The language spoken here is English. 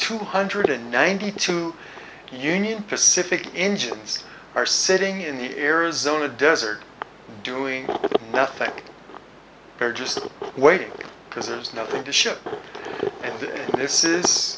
two hundred ninety two union pacific engines are sitting in the arizona desert doing nothing there just waiting because there's nothing to ship this is